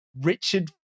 Richard